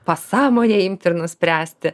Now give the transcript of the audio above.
pasąmonei imti ir nuspręsti